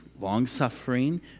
long-suffering